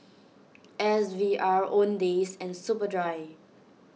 S V R Owndays and Superdry